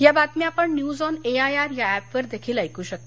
या बातम्या आपण न्यूज ऑन एआयआर ऍपवर देखील ऐक शकता